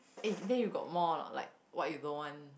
eh then you got more or not like what you don't want